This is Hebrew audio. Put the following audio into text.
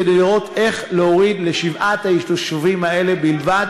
כדי לראות איך להוריד לשבעת היישובים האלה בלבד